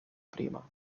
prima